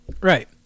Right